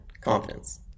Confidence